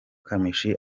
kamichi